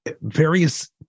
various